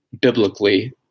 biblically